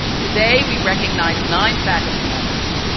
today we recognize nine faculty members.